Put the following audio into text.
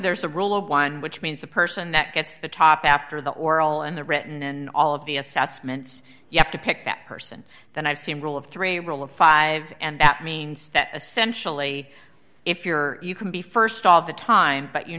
there's a rule of one which means the person that gets the top after the oral and the written and all of the assessments you have to pick that person then i've seen rule of three rule of five and that means that essentially if you're you can be st all the time but you